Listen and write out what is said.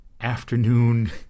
afternoon